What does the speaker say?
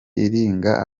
iranga